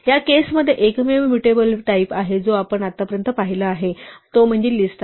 या केसमध्ये एकमेव म्यूटेबल टाईप आहे जो आपण आतापर्यंत पाहिला आहे आणि तो म्हणजे लिस्ट आहे